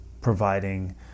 providing